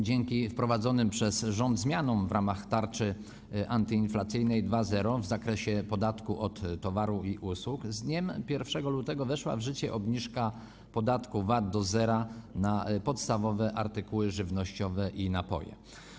Dzięki wprowadzonym przez rząd zmianom w ramach tarczy antyinflacyjnej 2.0 w zakresie podatku od towarów i usług z dniem 1 lutego weszła w życie obniżka podatku VAT do zera na podstawowe artykuły żywnościowe i napoje.